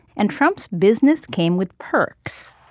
and trump's business came with perks.